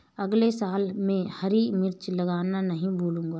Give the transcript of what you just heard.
अगले साल मैं हरी मिर्च लगाना नही भूलूंगा